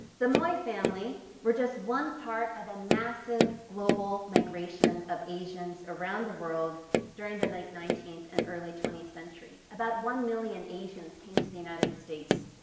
the moy family were just one part of massive global migration of asians around the world during the late nineteenth and early twentieth century. one million asians came to the united states.